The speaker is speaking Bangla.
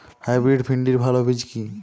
হাইব্রিড ভিন্ডির ভালো বীজ কি?